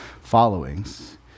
followings